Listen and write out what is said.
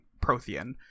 Prothean